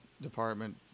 department